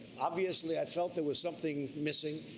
obviously i felt there was something missing.